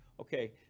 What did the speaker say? Okay